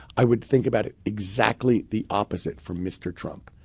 i would think about it exactly the opposite for mr. trump.